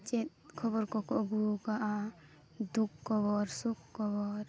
ᱪᱮᱫ ᱠᱷᱚᱵᱚᱨ ᱠᱚᱠᱚ ᱟᱹᱜᱩ ᱟᱠᱟᱫᱼᱟ ᱫᱩᱠᱷ ᱠᱷᱚᱵᱚᱨ ᱥᱩᱠᱷ ᱠᱷᱚᱵᱚᱨ